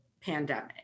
pandemic